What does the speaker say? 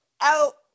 out